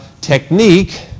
technique